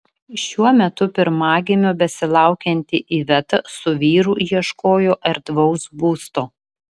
šiuo metu pirmagimio besilaukianti iveta su vyru ieškojo erdvaus būsto